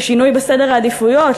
לשינוי בסדר העדיפויות,